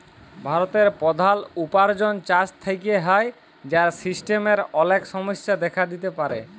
ভারতের প্রধাল উপার্জন চাষ থেক্যে হ্যয়, যার সিস্টেমের অলেক সমস্যা দেখা দিতে পারে